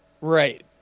Right